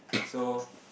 so